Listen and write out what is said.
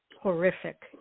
horrific